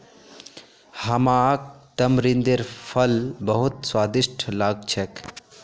हमाक तमरिंदेर फल बहुत स्वादिष्ट लाग छेक